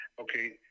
okay